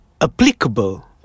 Applicable